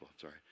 sorry